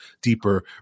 deeper